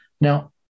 Now